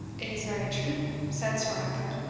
it is very true, said sir arthur,